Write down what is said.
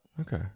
Okay